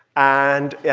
and